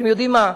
אתם יודעים מה?